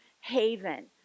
haven